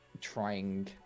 trying